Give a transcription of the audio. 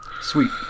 Sweet